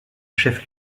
chef